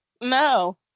no